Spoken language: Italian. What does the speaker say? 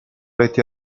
reti